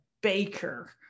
baker